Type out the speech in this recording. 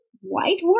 White